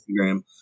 Instagram